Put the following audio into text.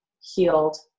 healed